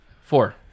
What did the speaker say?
four